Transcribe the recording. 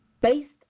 based